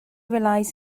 relies